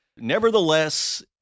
Nevertheless